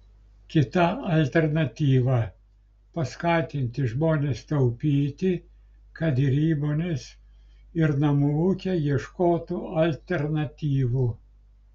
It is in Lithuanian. kita alternatyva paskatinti žmones taupyti kad ir įmonės ir namų ūkiai ieškotų alternatyvų